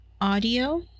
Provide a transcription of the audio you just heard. audio